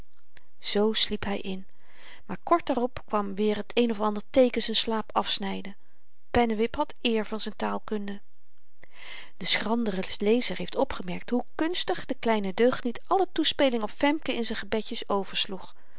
zoo sliep hy in maar kort daarop kwam weer t een of ander teeken z'n slaap afsnyden pennewip had eer van z'n taalkunde de schrandere lezer heeft opgemerkt hoe kunstig de kleine deugniet alle toespeling op femke in z'n gebedjes